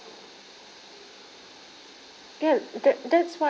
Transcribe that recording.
guilt that that's why